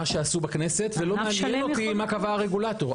שעשו בכנסת ולא מעניין אותי מה קבע הרגולטור.